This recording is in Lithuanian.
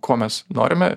ko mes norime